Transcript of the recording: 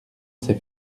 ces